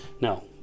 no